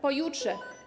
Pojutrze?